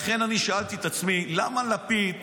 אני שאלתי את עצמי: למה לפיד,